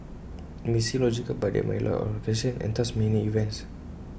IT may seem logical but there might be A lot of classifications and thus many events